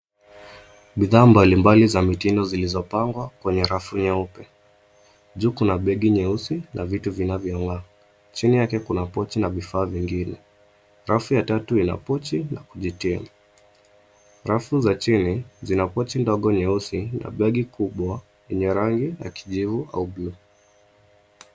Bidhaa mbalimbali za mitindo zilizopangwa kwenye rafu nyeupe. Juu kuna begi nyeusi na vitu vinavyong'aa, chini yake kuna pochi na vifaa vingine, rafu ya tatu ina pochi. Rafu za chini zina pochi ndogo nyeusi na begi kubwa enye rangi ya kijivu au buluu.